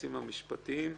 היועצים המשפטיים".